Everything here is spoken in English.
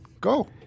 Go